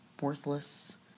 worthless